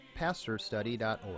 pastorstudy.org